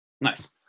Nice